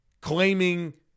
claiming